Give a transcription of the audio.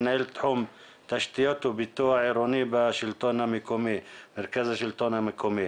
מנהל תחום תשתיות ופיתוח עירוני במרכז השלטון המקומי.